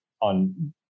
on